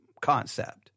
concept